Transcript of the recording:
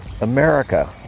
America